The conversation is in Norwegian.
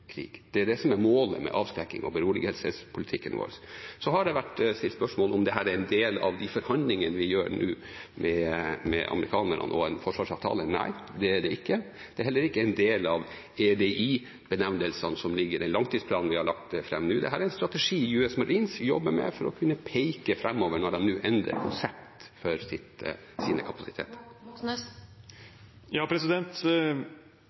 krig. Det er det som er målet med avskrekkings- og beroligelsespolitikken vår. Det har vært stilt spørsmål om dette er en del av de forhandlingene vi har nå med amerikanerne om en forsvarsavtale. Nei, det er det ikke. Det er heller ikke en del av EDI-benevnelsene som ligger i langtidsplanen vi har lagt fram. Dette er en strategi US Marines jobber med for å kunne peke framover når de nå endrer konsept for sine kapasiteter.